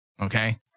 Okay